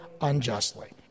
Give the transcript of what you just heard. unjustly